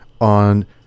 on